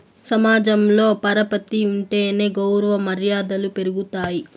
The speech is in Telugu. సమాజంలో పరపతి ఉంటేనే గౌరవ మర్యాదలు పెరుగుతాయి